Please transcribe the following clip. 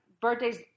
birthdays